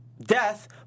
death